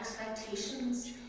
expectations